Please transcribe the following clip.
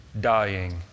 dying